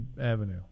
Avenue